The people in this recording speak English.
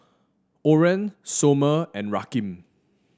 Oren Somer and Rakeem